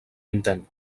intent